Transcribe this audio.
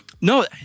No